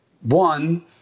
one